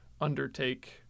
undertake